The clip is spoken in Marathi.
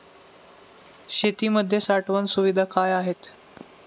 शेतीमध्ये साठवण सुविधा काय आहेत?